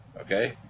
Okay